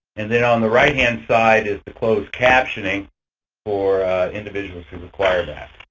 and then on the right-hand side is the closed captioning for individuals who require that.